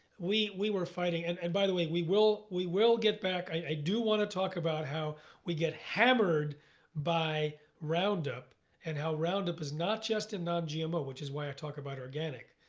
we we were fighting and and by the way, we will we will get back. i do want to talk about how we get hammered by roundup and how roundup is not just a non-gmo which is why i talk about organic.